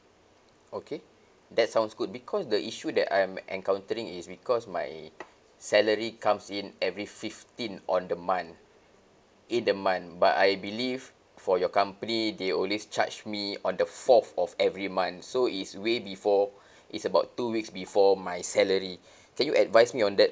okay that sounds good because the issue that I'm encountering is because my salary comes in every fifteen on the month in the month but I believe for your company they always charge me on the fourth of every month so it's way before it's about two weeks before my salary can you advise me on that